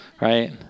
right